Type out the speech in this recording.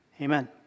amen